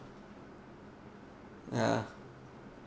ya